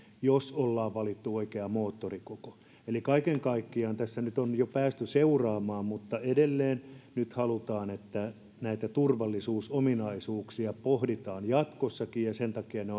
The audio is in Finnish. jos ollaan valittu oikea moottorikoko eli kaiken kaikkiaan tässä nyt on jo päästy seuraamaan tätä mutta edelleen nyt halutaan että näitä turvallisuusominaisuuksia pohditaan jatkossakin ja sen takia ne